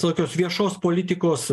tokios viešos politikos